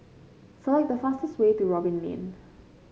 select the fastest way to Robin Lane